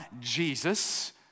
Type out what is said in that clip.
Jesus